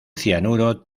cianuro